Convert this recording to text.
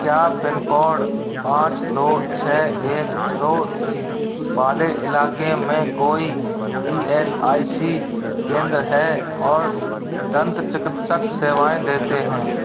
क्या pin code पाँच दो छ एक दो तीन वाले इलाक़े में कोई ई एस आई सी केंद्र हैं और दंत चिकित्सक सेवाएँ देते हैं